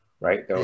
right